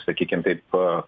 sakykim taip